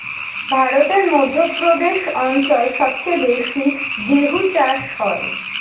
ভারতের মধ্য প্রদেশ অঞ্চল সবচেয়ে বেশি গেহু চাষ হয়